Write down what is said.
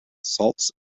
salts